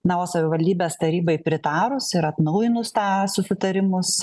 na o savivaldybės tarybai pritarus ir atnaujinus tą susitarimus